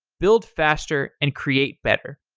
build faster and create better.